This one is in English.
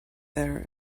there